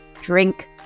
Drink